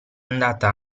andata